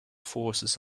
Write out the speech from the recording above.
forces